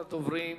אחרון הדוברים,